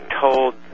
told